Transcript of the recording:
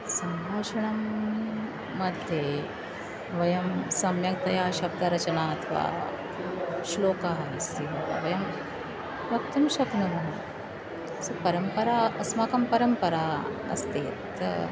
सम्भाषणं मध्ये वयं सम्यक्तया शब्दरचना अथवा श्लोकः अस्ति वयं वक्तुं शक्नुमः स् परम्परा अस्माकं परम्परा अस्ति च